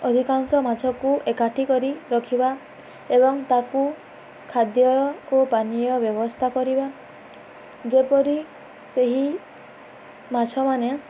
ଅଧିକାଂଶ ମାଛକୁ ଏକାଠି କରି ରଖିବା ଏବଂ ତାକୁ ଖାଦ୍ୟ ଓ ପାନୀୟ ବ୍ୟବସ୍ଥା କରିବା ଯେପରି ସେହି ମାଛ ମାନେ